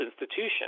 institution